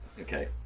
okay